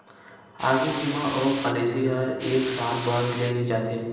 आगी बीमा अउ पॉलिसी ह एक साल बर ले जाथे